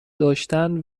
داشتن